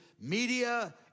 media